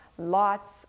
lots